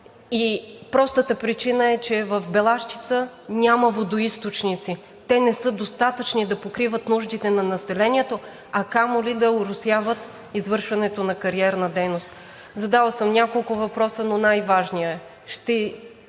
и простата причина е, че в Белащица няма водоизточници. Те не са достатъчни да покриват нуждите на населението, а камо ли да оросяват извършването на кариерна дейност. Задала съм няколко въпроса, но най-важният е: